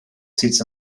sits